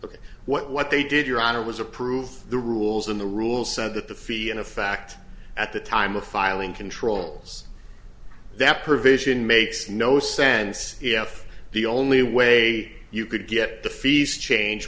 look what they did your honor was approved the rules and the rules said that the fee and a fact at the time of filing controls that provision makes no sense if the only way you could get the fees change